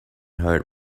hurt